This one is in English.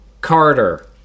carter